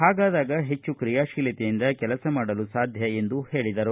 ಹಾಗಾದಾಗ ಹೆಚ್ಚು ಕ್ರಿಯಾಶೀಲತೆಯಿಂದ ಕೆಲಸ ಮಾಡಲು ಸಾಧ್ಯ ಎಂದು ಹೇಳಿದರು